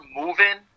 moving